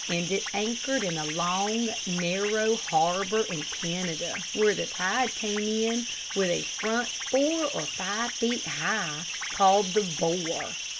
and it anchored in a long, narrow harbor in canada, where the tide came in with a front four or five feet high called the bore.